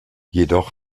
jedoch